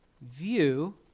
view